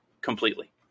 completely